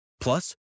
plus